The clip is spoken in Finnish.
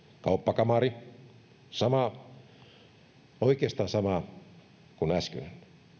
kauppakamari oikeastaan sama kuin äskeinen